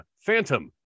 phantom